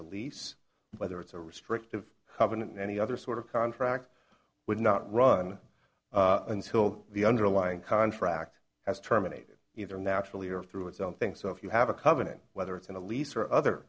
a lease whether it's a restrictive covenant any other sort of contract would not run until the underlying contract has terminated either naturally or through it's own thing so if you have a covenant whether it's in a lease or other